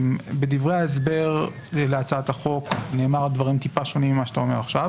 בדברי ההסבר להצעת החוק נאמרו דברים טיפה שונים ממה שאתה אומר עכשיו,